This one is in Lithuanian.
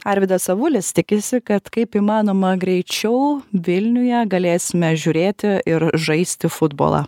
arvydas avulis tikisi kad kaip įmanoma greičiau vilniuje galėsime žiūrėti ir žaisti futbolą